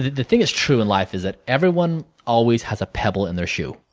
the thing is true in life is that everyone always has a pebble in their shoe,